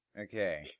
Okay